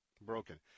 broken